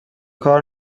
کار